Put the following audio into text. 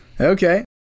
Okay